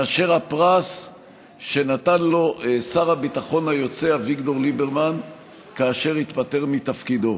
מאשר הפרס שנתן לו שר הביטחון היוצא אביגדור ליברמן כאשר התפטר מתפקידו,